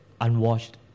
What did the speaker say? unwashed